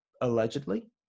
allegedly